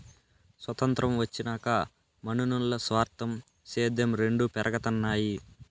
సొతంత్రం వచ్చినాక మనునుల్ల స్వార్థం, సేద్యం రెండు పెరగతన్నాయి